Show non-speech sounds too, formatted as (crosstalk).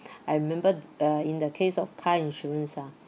(breath) I remember uh in the case of car insurance ah